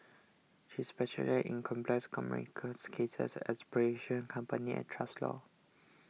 she specialises in complex commercial cases as arbitration company and trust law